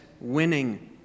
winning